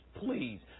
Please